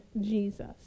Jesus